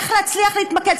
איך להצליח להתמקד.